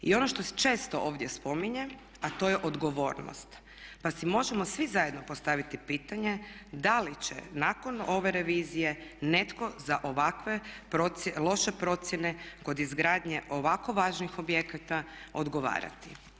I ono što se često ovdje spominje, a to je odgovornost, pa si možemo svi zajedno postaviti pitanje da li će nakon ove revizije netko za ovakve loše procjene kod izgradnje ovako važnih objekata odgovarati.